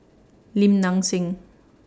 Lim Nang Seng